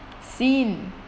scene